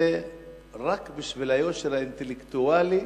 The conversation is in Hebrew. זה רק בשביל היושר האינטלקטואלי